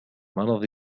مرض